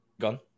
Gone